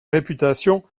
réputation